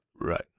Right